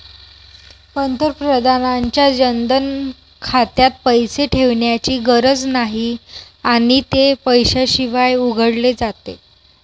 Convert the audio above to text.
पंतप्रधानांच्या जनधन खात्यात पैसे ठेवण्याची गरज नाही आणि ते पैशाशिवाय उघडले जाते